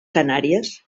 canàries